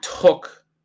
took